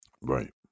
Right